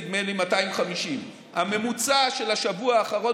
ביממה שלפני זה נדמה לי 250. הממוצע של השבוע האחרון